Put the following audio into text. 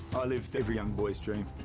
i lived every young boys' dream,